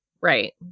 Right